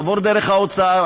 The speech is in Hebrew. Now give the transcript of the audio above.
עבור דרך האוצר,